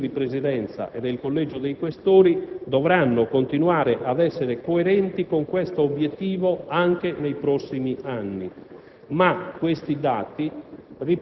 e le decisioni di spesa del Consiglio di Presidenza e del Collegio dei Questori dovranno continuare ad essere coerenti con questo obiettivo anche nei prossimi anni.